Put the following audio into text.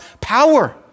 power